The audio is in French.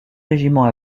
régiment